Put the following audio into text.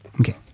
Okay